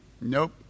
Nope